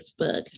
Facebook